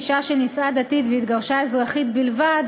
אישה שנישאה דתית והתגרשה אזרחית בלבד,